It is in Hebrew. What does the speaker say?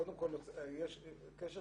קודם כל יש שיתוף